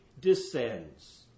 descends